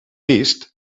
vist